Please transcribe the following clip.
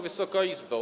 Wysoka Izbo!